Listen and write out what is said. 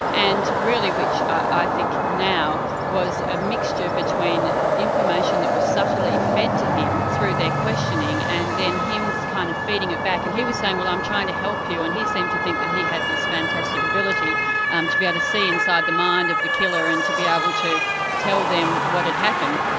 and really which, i think now, was a mixture between information that was subtly fed to him through their questioning, and then him kind of feeding it back, and he was saying, well i'm trying to help you, and he seemed to think that he had this fantastic ability um to be able to see inside the mind of the killer, and to be ah able to tell them what had happened.